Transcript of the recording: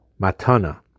matana